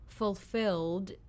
fulfilled